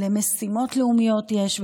למשימות לאומיות יש,